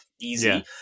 Easy